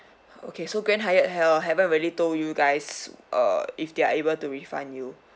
okay so grand Hyatt haven't really told you guys err if they are able to refund you